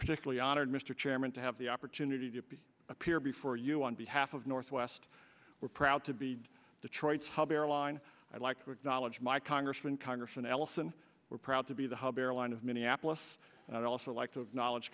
particularly honored mr chairman to have the opportunity to appear before you on behalf of northwest we're proud to be detroit's hub airline i'd like to acknowledge my congressman congressman ellison we're proud to be the hub airline of minneapolis and i'd also like to knowledge